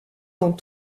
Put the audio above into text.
dans